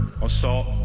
assault